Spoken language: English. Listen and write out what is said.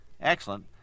excellent